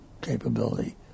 capability